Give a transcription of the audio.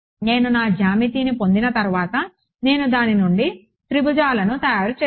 నేను నా జ్యామితిని పొందిన తర్వాత నేను దాని నుండి త్రిభుజాలను తయారు చేసాను